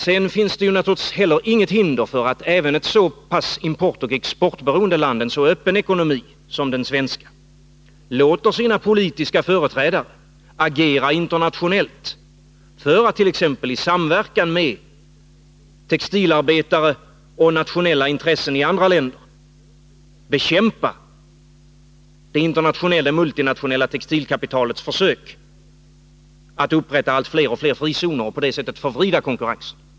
Det finns naturligtvis inte heller något hinder för att ett så pass importoch exportberoende land som Sverige, med en så öppen ekonomi som den svenska, låter sina politiska företrädare agera internationellt, för att t.ex. i samverkan med textilarbetare och nationella intressen i andra länder bekämpa det multinationella textilkapitalets försök att upprätta allt fler frizoner och på det sättet förvrida konkurrensen.